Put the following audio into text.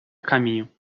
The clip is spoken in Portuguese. caminho